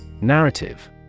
Narrative